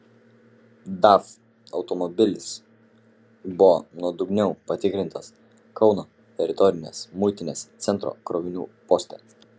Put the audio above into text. daf automobilis buvo nuodugniau patikrintas kauno teritorinės muitinės centro krovinių poste